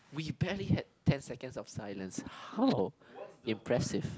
we barely had ten seconds of silence how impressive